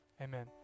amen